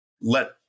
let